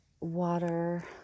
Water